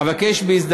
אבקש לסיים.